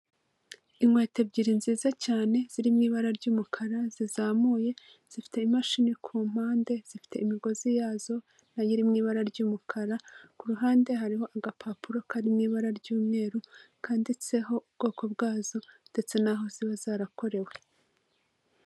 Inkweto ebyiri nziza cyane ziri mu ibara ry'umukara zizamuye zifite imashini ku mpande, zifite imigozi yazo nayo iri mu ibara ry'umukara, ku ruhande hariho agapapuro kari mu ibara ry'umweru, kanditseho ubwoko bwazo, ndetse naho ziba zarakorewe.